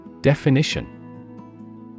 Definition